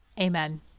Amen